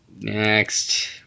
Next